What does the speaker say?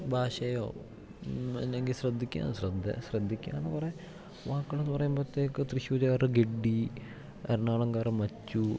ഭാഷയോ അല്ലെങ്കിൽ ശ്രദ്ധിക്കാൻ ശ്രദ്ധ ശ്രദ്ധിക്കാന്ന് കുറെ വാക്കുകൾ എന്ന് പറയുമ്പത്തേക്ക് തൃശ്ശുരുകാര് ഗഡി എറണാകുളംകാര് മച്ചു